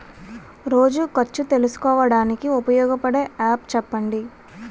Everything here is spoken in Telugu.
రోజు ఖర్చు తెలుసుకోవడానికి ఉపయోగపడే యాప్ చెప్పండీ?